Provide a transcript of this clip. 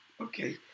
Okay